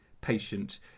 patient